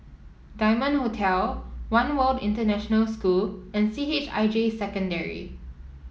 Diamond Hotel One World International School and C H I J Secondary